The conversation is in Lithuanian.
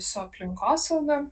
su aplinkosauga